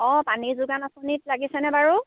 অঁ পানী যোগান আঁচনিত লাগিছেনে বাৰু